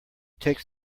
takes